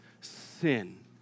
sin